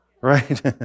Right